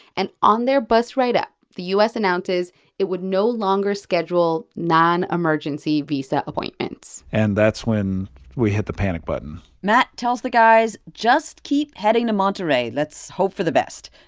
and on their bus right up, the u s. announces it would no longer schedule nonemergency visa appointments and that's when we hit the panic button matt tells the guys just keep heading to monterrey. let's hope for the best,